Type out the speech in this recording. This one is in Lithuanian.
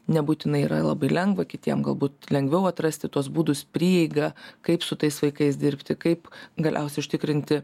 nebūtinai yra labai lengva kitiem galbūt lengviau atrasti tuos būdus prieigą kaip su tais vaikais dirbti kaip galiausiai užtikrinti